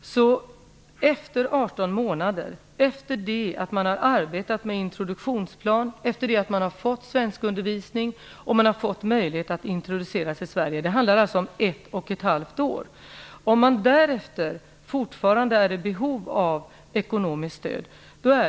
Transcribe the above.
Om flyktingarna fortfarande är i behov av ett ekonomiskt stöd efter 18 månader är det nog i stort sett uteslutande arbetslösheten som är det stora problemet. Under detta ett och ett halvt år deltar flyktingarna i en introduktionsplan.